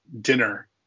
dinner